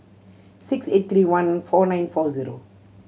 six eight three one four nine four zero